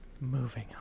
Moving